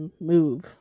move